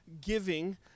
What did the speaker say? giving